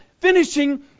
finishing